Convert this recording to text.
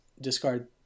discard